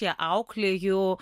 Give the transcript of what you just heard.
ją auklėju